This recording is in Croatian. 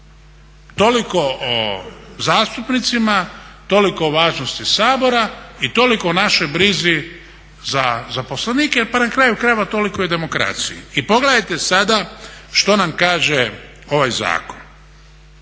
Toliko o zastupnicima, toliko o važnosti Sabora i toliko o našoj brizi za zaposlenike pa na kraju krajeva toliko i o demokraciji. I pogledajte sada što nam kaže ovaj zakon.